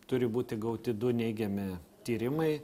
turi būti gauti du neigiami tyrimai